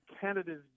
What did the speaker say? Canada's